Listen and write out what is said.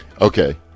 Okay